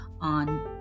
on